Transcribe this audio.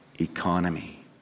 economy